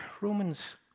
Romans